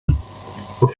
auf